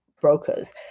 brokers